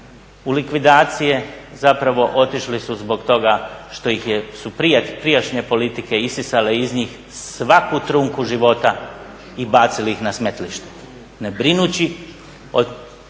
u likvidacije, zapravo otišli su zbog toga što su prijašnje politike isisale iz njih svaku trunku života i bacili ih na smetlište ne brinući o